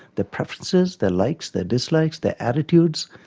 their preferences, their likes, their dislikes, their attitudes.